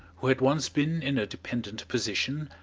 who had once been in a dependent position,